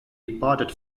departed